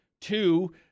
Two